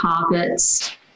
targets